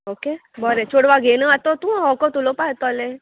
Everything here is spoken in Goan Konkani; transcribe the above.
ओके बरें चेडवा घेनू आतां तूं हो कोत उलोवपा येतोलें